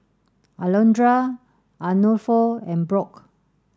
Alondra Arnulfo and Brock